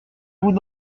vous